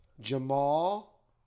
Jamal